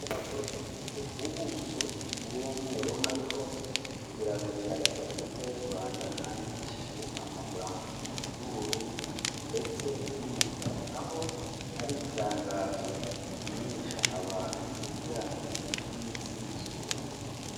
Urupapuro rufite ubuso bw'umweru hariho ikirango cya repubulika y' u Rwanda handikishijeho amagambo y'ubururu ndetse n'umukara, aho ari itangazo rimenyesha abantu ku bijyanye n'iminsi y'ikiruhuko.